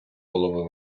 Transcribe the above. голови